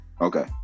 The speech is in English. Okay